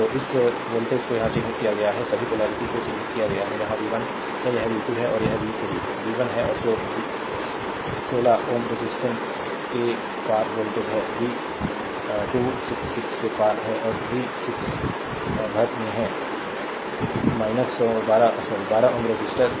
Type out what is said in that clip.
तो इस वोल्टेज को यहां चिह्नित किया गया है सभी पोलेरिटी को चिह्नित किया गया है यहां यह v 1 है यह v 2 है और यह v 3 v 1 है जो 16 रेजिस्टेंस के पार वोल्टेज है v 2 6 6 के पार है और v 3 भर में है 12 रिसिस्टर